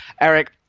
Eric